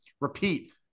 repeat